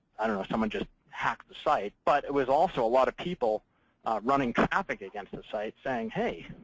i mean someone just hacked the site but it was also a lot of people running traffic against the site, saying, hey,